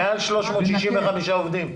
מעל 365 עובדים.